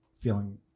feeling